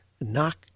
knock